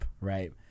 right